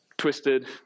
Twisted